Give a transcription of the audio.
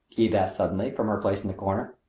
eve asked suddenly, from her place in the corner.